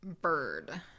Bird